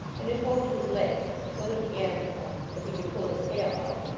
and is holding his legs so that the animal, if he can pull his tail out,